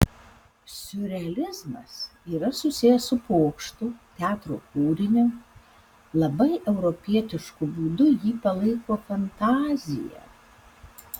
siurrealizmas yra susijęs su pokštu teatro kūriniu labai europietišku būdu jį palaiko fantazija